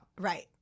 Right